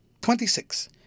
Twenty-six